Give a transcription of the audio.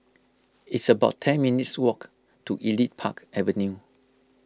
it's about ten minutes' walk to Elite Park Avenue